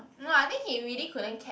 no ah I think he really couldn't catch